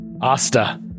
Asta